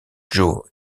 joe